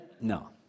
No